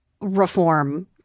reform